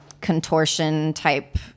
contortion-type